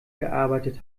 gearbeitet